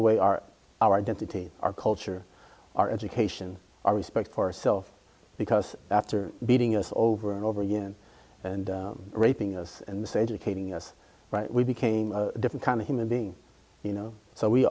away our our identity our culture our education our respect for self because after beating us over and over again and raping us and this educating us we became a different kind of human being you know so we